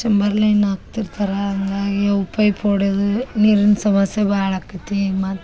ಚಂಬರ್ line ಹಾಕ್ತಿರ್ತಾರಾ ಹಂಗಾಗಿ ಅವು ಪೈಪ್ ಒಡೆದು ನೀರಿನ ಸಮಸ್ಯೆ ಭಾಳ ಆಕೈತಿ ಮತ್ತು